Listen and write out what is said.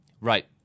right